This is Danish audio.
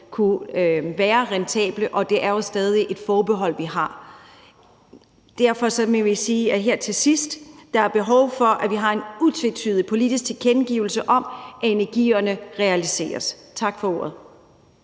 kunne være rentable, og det er jo stadig et forbehold, vi har. Derfor må vi her til sidst sige, at der er et behov for, at vi har en utvetydig politisk tilkendegivelse af, at energiøerne realiseres. Tak for ordet.